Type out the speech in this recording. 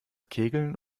kegeln